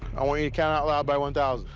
i want you to count out loud by one thousand.